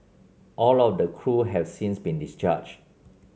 all of the crew have since been discharged